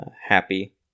happy